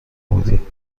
بودی